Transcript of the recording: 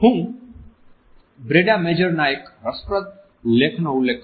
હું Brenda Major ના એક રસપ્રદ લેખનો ઉલ્લેખ કરું છું